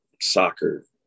soccer